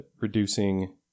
reducing